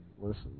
Listen